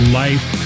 life